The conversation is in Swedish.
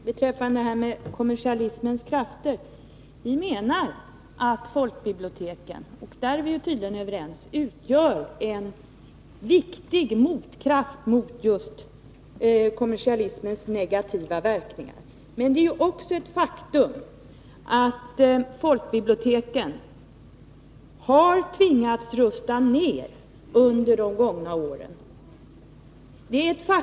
Herr talman! Beträffande kommersialismens krafter vill jag säga att vi menar att folkbiblioteken utgör en viktig motkraft mot kommersialismens negativa verkningar — på den punkten är vi tydligen överens. Men det är ju också ett faktum att folkbiblioteken har tvingats rusta ner under de gångna åren.